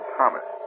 Thomas